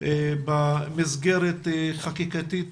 במסגרת חקיקתית